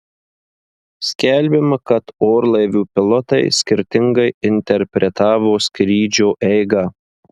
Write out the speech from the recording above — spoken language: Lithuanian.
skelbiama kad orlaivių pilotai skirtingai interpretavo skrydžio eigą